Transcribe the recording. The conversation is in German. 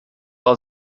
war